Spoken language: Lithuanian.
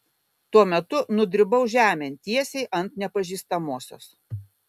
tuo metu nudribau žemėn tiesiai ant nepažįstamosios